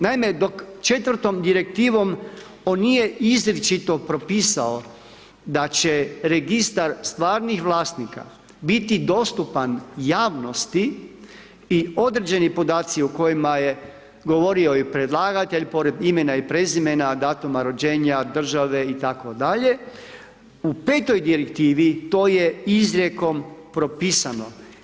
Naime, dok 4. Direktivom on nije izričito propisao da će Registar stvarnih vlasnika biti dostupan javnosti i određeni podaci o kojima je govorio i predlagatelj, pored imena i prezimena, datuma rođenja, države itd., u 5. Direktivi to je izrijekom propisano.